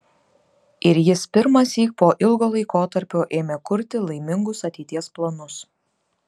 ir jis pirmąsyk po ilgo laikotarpio ėmė kurti laimingus ateities planus